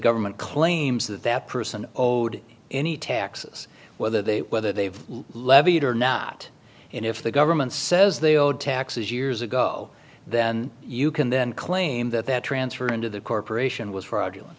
government claims that that person owed any taxes whether they whether they've levied or not and if the government says they owe taxes years ago then you can then claim that that transfer into the corporation was fraudulent